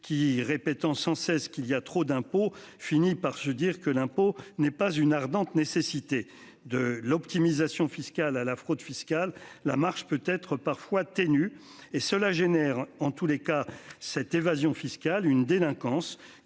qui répétant sans cesse qu'il y a trop d'impôts, finit par se dire que l'impôt n'est pas une ardente nécessité de l'optimisation fiscale à la fraude fiscale la marche peut être parfois ténue et cela génère en tous les cas, cette évasion fiscale une délinquance